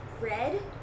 red